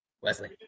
wesley